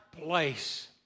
place